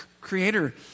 Creator